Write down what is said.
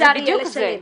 יהיה אפשר לשלם.